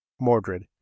Mordred